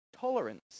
tolerance